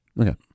Okay